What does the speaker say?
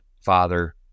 father